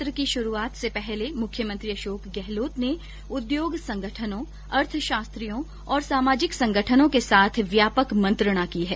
सत्र की शुरूआत से पहले मुख्यमंत्री अशोक गहलोत ने उद्योग संगठनों अर्थशास्त्रियों और सामाजिक संगठनों के साथ व्यापक मंत्रणा की है